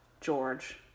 George